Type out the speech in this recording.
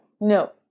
No